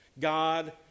God